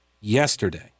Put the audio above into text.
yesterday